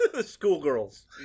schoolgirls